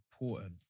important